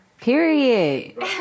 Period